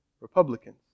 Republicans